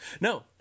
No